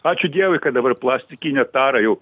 ačiū dievui kad dabar plastikinė tara jau